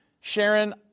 Sharon